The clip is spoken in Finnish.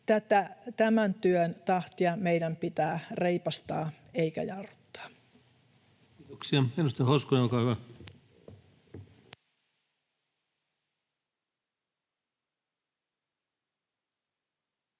Tämän työn tahtia meidän pitää reipastaa eikä jarruttaa. Kiitoksia. — Edustaja Hoskonen, olkaa hyvä.